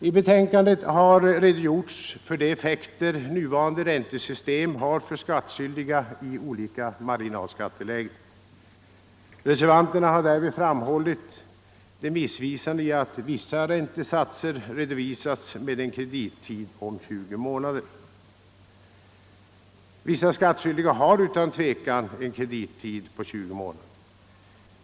I betänkandet har redogjorts för de effekter nuvarande räntesystem har för skattskyldiga i olika marginalskattelägen. Reservanterna har därvid framhållit det missvisande i att vissa räntesatser redovisas med en kredittid om 20 månader. Vissa skattskyldiga har utan tvivel en kredittid på 20 månader.